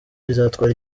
izatwara